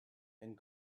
and